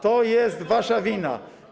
To jest wasza wina.